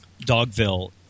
Dogville